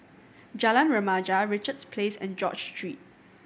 Jalan Remaja Richards Place and George Street